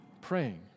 Praying